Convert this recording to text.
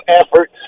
effort